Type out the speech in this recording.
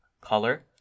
color